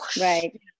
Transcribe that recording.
right